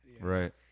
Right